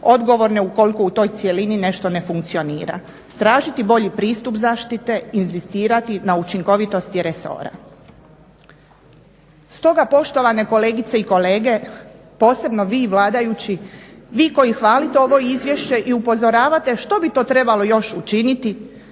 odgovorne ukoliko u toj cjelini nešto ne funkcionira, tražiti bolji pristup zaštite, inzistirati na učinkovitosti resora. Stoga poštovane kolegice i kolege, posebno vi vladajući, vi koji hvalite ovo izvješće i upozoravate što bi to trebalo još učiniti